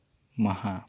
ᱢᱟᱦᱟ